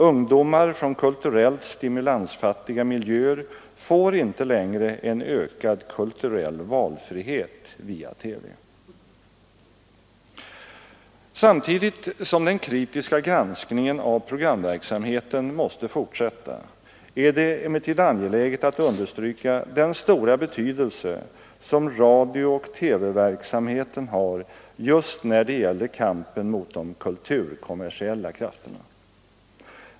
Ungdomar från kulturellt stimulansfattiga miljöer får inte längre en ökad kulturell valfrihet via TV Samtidigt som den kritiska granskningen av programverksamheten måste fortsätta är det emellertid angeläget att understryka den stora betydelse som radiooch TV-verksamheten har just när det gäller kampen mot de kulturkommersiella krafterna.